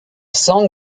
song